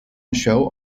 show